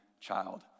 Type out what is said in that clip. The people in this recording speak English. child